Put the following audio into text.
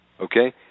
Okay